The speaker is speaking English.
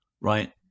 Right